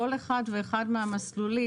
כל אחד ואחד מהמסלולים,